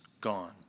gone